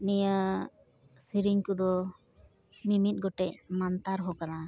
ᱱᱤᱭᱟᱹ ᱥᱤᱨᱤᱧ ᱠᱚᱫᱚ ᱢᱤᱼᱢᱤᱫ ᱜᱚᱴᱮᱱ ᱢᱟᱱᱛᱟᱨᱦᱚᱸ ᱠᱟᱱᱟ